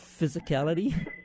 physicality